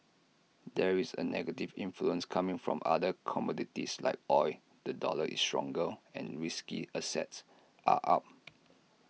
there is A negative influence coming from other commodities like oil the dollar is stronger and risky assets are up